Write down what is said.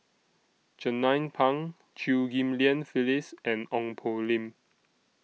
Jernnine Pang Chew Ghim Lian Phyllis and Ong Poh Lim